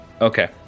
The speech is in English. Okay